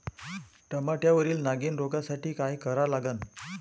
टमाट्यावरील नागीण रोगसाठी काय करा लागन?